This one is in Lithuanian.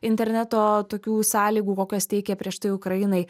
interneto tokių sąlygų kokias teikė prieš tai ukrainai